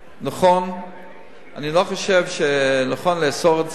שנכון לאסור את זה.